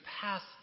passed